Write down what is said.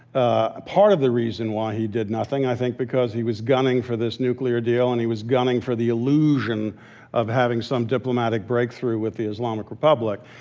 a part of the reason why he did nothing i think because he was gunning for this nuclear deal, and he was gunning for the illusion of having some diplomatic breakthrough with the islamic republic.